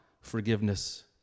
forgiveness